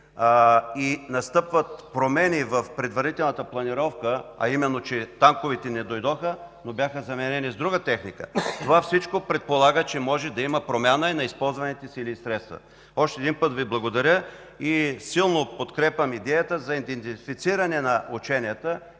и настъпват промени в предварителната планировка, а именно че танковете не дойдоха, но бяха заменени с друга техника, всичко това предполага, че може да има промяна и на използваните сили и средства. Още веднъж Ви благодаря и силно подкрепям идеята за идентифициране на ученията